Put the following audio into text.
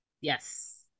Yes